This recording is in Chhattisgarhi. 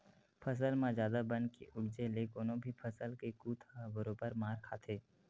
फसल म जादा बन के उपजे ले कोनो भी फसल के कुत ह बरोबर मार खाथे